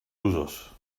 usos